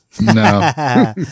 No